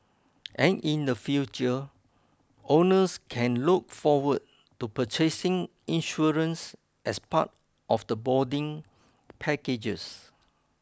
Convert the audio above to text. and in the future owners can look forward to purchasing insurance as part of the boarding packages